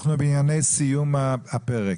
אנחנו בענייני סיום הפרק.